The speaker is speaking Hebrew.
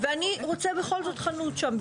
ואני רוצה בכל זאת חנות שם,